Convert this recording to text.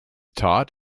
taught